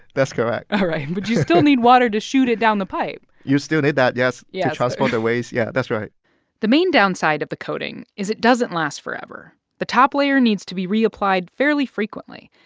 that's correct all right. but you still need water to shoot it down the pipe you still need that, yes. yeah. to transport the waste. yeah, that's right the main downside of the coating is it doesn't last forever. the top layer needs to be reapplied fairly frequently,